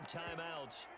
timeouts